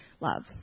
love